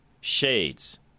shades